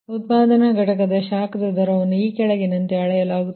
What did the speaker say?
ಉತ್ಪಾದನಾ ಘಟಕದ ಶಾಖದ ದರವನ್ನು ಈ ಕೆಳಗಿನಂತೆ ಅಳೆಯಲಾಗುತ್ತದೆ